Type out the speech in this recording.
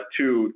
two